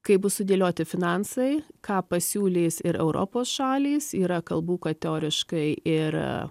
kai bus sudėlioti finansai ką pasiūlys ir europos šalys yra kalbų kad teoriškai ir